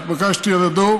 שהתבקשתי על ידו